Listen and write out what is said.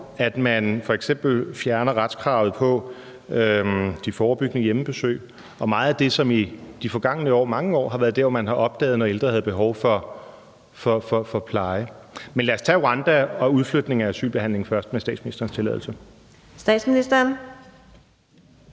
at man f.eks. fjerner retskravet på de forebyggende hjemmebesøg, og meget af det, som i de forgangne år, mange år har været dér, hvor man har opdaget, når ældre havde behov for pleje. Men lad os tage Rwanda og udflytning af asylbehandling først med statsministerens tilladelse. Kl.